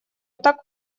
так